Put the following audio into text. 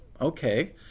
okay